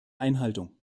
einhaltung